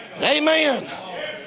Amen